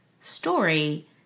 story